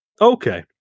Okay